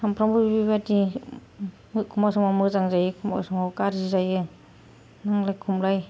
सामफ्रामबो बेबायदि एखमब्ला समाव मोजां जायो एखमब्ला समाव गाज्रि जायो नांलाय खमलाय